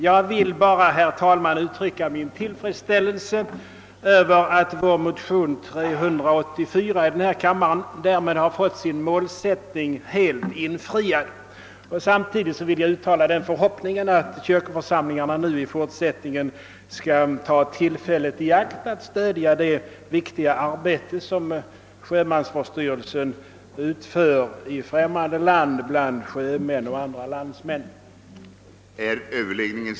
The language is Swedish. Jag vill uttrycka min tillfredsställelse över att målsättningen i de likalydande motionerna I: 302 och 11: 384 därmed helt infriats. Samtidigt vill jag uttala förhoppningen att kyrkoförsamlingarna i fortsättningen skall ta tillfället i akt att stödja det viktiga arbete som sjömansvårdsstyrelsen utför i främmande land bland sjömän och andra landsmän.